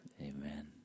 Amen